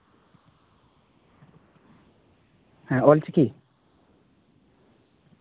ᱦᱮᱸ ᱚᱞ ᱪᱤᱠᱤ